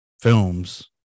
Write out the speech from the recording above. Films